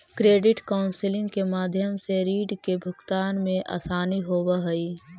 credit counselling के माध्यम से रीड के भुगतान में असानी होवऽ हई